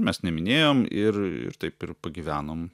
mes neminėjom ir ir taip ir pagyvenom